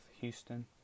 Houston